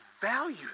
value